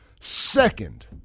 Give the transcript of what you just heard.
second